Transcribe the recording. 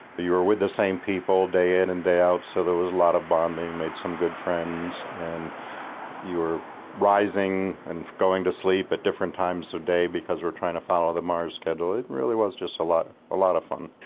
but you were with the same people day in and day out so there was a lot of bonding, made some good friends, and you were rising and going to sleep at different times of so day because we're trying to follow the mars schedule. it really was just a lot of fun.